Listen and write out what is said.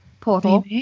portal